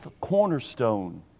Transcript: cornerstone